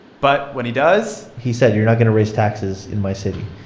but when he does. he said, you're not going to raise taxes in my city.